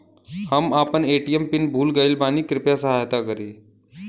हम आपन ATM PIN भूल गईल बानी कृपया सहायता करी